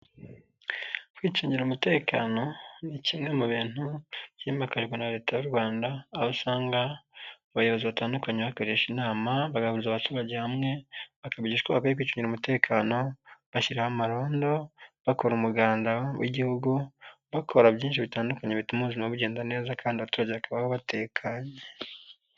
Kwicungira umutekano, ni kimwe mu bintu byimakajwe na Leta y'u Rwanda, aho usanga abayobozi batandukanye bakoresha inama, bagahuza abaturage hamwe, bakigishwa ko bakwiye kwicungira umutekano, bashyiraho amarondo, bakora umuganda w'igihugu, bakora byinshi bitandukanye bituma ubuzima bugenda neza, kandi abaturage bakabaho batekanye.